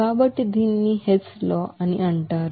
కాబట్టి దీనిని Hess law అని అంటారు